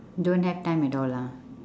don't have time at all ah